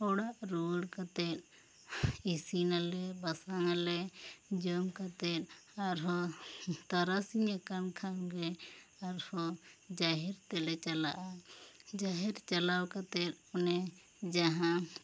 ᱚᱲᱟᱜ ᱨᱩᱣᱟᱹᱲ ᱠᱟᱛᱮᱜ ᱤᱥᱤᱱᱟᱞᱮ ᱵᱟᱥᱟᱝ ᱟᱞᱮ ᱡᱚᱢ ᱠᱟᱛᱮᱜ ᱟᱨᱦᱚᱸ ᱛᱟᱨᱟᱥᱤᱧ ᱟᱠᱟᱱ ᱠᱷᱟᱱ ᱜᱮ ᱟᱨᱦᱚᱸ ᱡᱟᱦᱮᱨ ᱛᱮᱞᱮ ᱪᱟᱞᱟᱜᱼᱟ ᱡᱟᱦᱮᱨ ᱪᱟᱞᱟᱣ ᱠᱟᱛᱮ ᱚᱱᱮ ᱡᱟᱦᱟᱸ